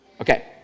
Okay